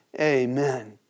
Amen